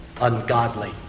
ungodly